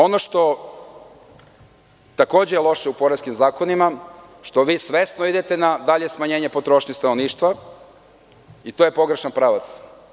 Ono što je takođe loše u poreskim zakonima je što vi svesno idete na dalje smanjenje potrošnje stanovništva i to je pogrešan pravac.